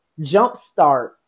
jumpstart